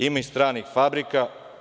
Ima i stranih fabrika.